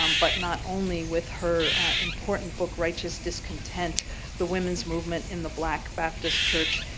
um but not only with her important, book righteous discontent the women's movement in the black baptist church,